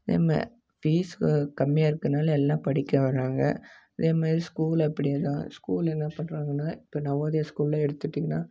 fees கம்மியாக இருக்கனால் எல்லாம் படிக்க வர்றாங்க அதே மாரி ஸ்கூல் அப்படி தான் ஸ்கூலில் என்ன பண்ணுறாங்கன்னா இப்போ நவோதயா ஸ்கூலிலே எடுத்துகிட்டிங்னா